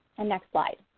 and next slide.